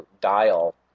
dial